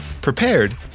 prepared